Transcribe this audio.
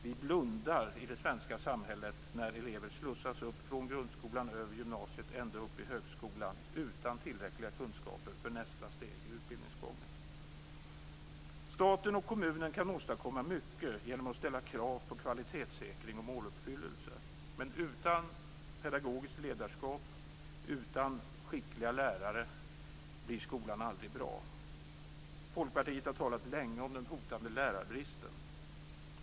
Vi blundar i det svenska samhället när elever slussas upp från grundskolan över gymnasiet ändå upp i högskolan utan tillräckliga kunskaper för nästa steg i utbildningsgången. Staten och kommunerna kan åstadkomma mycket genom att ställa krav på kvalitetssäkring och måluppfyllelse. Men utan pedagogiskt ledarskap och skickliga lärare blir skolan aldrig bra. Folkpartiet har länge talat om den hotande lärarbristen.